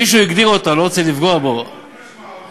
מישהו הגדיר אותה, אני לא רוצה לפגוע בו, כן.